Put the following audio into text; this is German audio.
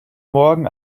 morgen